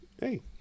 Hey